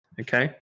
Okay